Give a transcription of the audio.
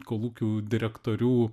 kolūkių direktorių